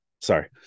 sorry